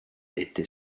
était